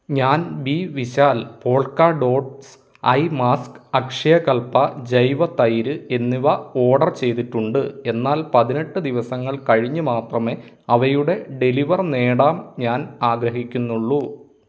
ഞാൻ B Vishal polka dots eye mask Akshayakalpa ജൈവ തൈര് എന്നിവ ഓർഡർ ചെയ്തിട്ടുണ്ട് എന്നാൽ പതിനെട്ട് ദിവസങ്ങൾ കഴിഞ്ഞ് മാത്രമേ അവയുടെ ഡെലിവർ നേടാൻ ഞാൻ ആഗ്രഹിക്കുന്നുള്ളൂ